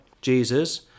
Jesus